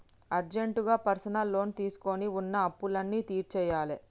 అర్జెంటుగా personal loan తీసుకొని వున్న అప్పులన్నీ తీర్చేయ్యాలే